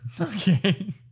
Okay